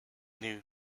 new